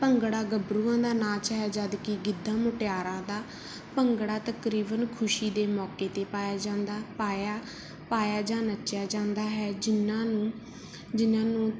ਭੰਗੜਾ ਗੱਭਰੂਆਂ ਦਾ ਨਾਚ ਹੈ ਜਦਕਿ ਗਿੱਧਾ ਮੁਟਿਆਰਾਂ ਦਾ ਭੰਗੜਾ ਤਕਰੀਬਨ ਖੁਸ਼ੀ ਦੇ ਮੌਕੇ 'ਤੇ ਪਾਇਆ ਜਾਂਦਾ ਪਾਇਆ ਜਾਂ ਨੱਚਿਆ ਜਾਂਦਾ ਹੈ ਜਿਨਾਂ ਨੂੰ ਜਿਨਾਂ ਨੂੰ